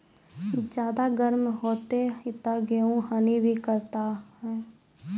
ज्यादा गर्म होते ता गेहूँ हनी भी करता है?